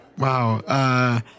Wow